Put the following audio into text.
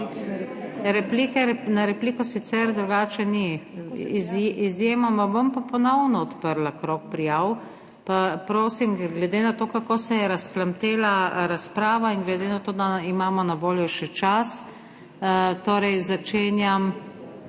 na repliko sicer drugače ni. Izjemoma. Bom pa ponovno odprla krog prijav. Glede na to, kako se je razplamtela razprava, in glede na to, da imamo na voljo še čas, začenjam